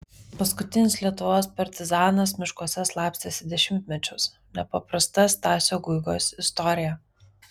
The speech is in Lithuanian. paskutinis lietuvos partizanas miškuose slapstėsi dešimtmečius nepaprasta stasio guigos istorija